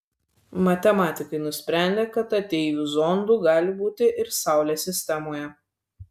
matematikai nusprendė kad ateivių zondų gali būti ir saulės sistemoje